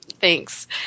Thanks